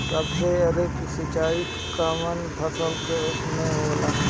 सबसे अधिक सिंचाई कवन फसल में होला?